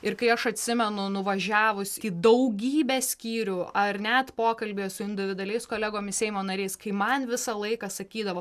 ir kai aš atsimenu nuvažiavus į daugybę skyrių ar net pokalbį su individualiais kolegomis seimo nariais kai man visą laiką sakydavo